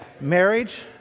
Marriage